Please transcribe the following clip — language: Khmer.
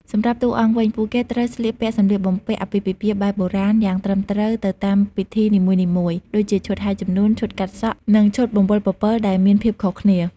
សម្រាប់តួអង្គវិញ ពួកគេត្រូវស្លៀកពាក់ សម្លៀកបំពាក់អាពាហ៍ពិពាហ៍បែបបុរាណ យ៉ាងត្រឹមត្រូវទៅតាមពិធីនីមួយៗ ដូចជាឈុតហែរជំនូន ឈុតកាត់សក់ និងឈុតបង្វិលពពិល ដែលមានភាពខុសគ្នាពីគ្នា។